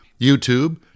YouTube